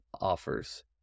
offers